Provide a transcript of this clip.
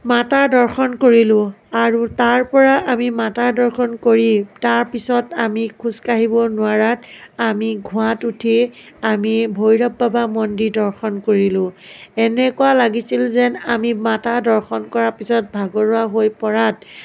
মাতাৰ দৰ্শন কৰিলোঁ আৰু তাৰপৰা আমি মাতাৰ দৰ্শন কৰি তাৰপিছত আমি খোজ কাঢ়িব নোৱাৰাত আমি ঘোঁৰাত উঠি আমি ভৈৰৱ বাবাৰ মন্দিৰ দৰ্শন কৰিলোঁ এনেকুৱা লাগিছিল যেন আমি মাতা দৰ্শন কৰাৰ পিছত ভাগৰুৱা হৈ পৰাত